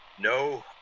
No